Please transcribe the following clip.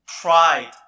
Pride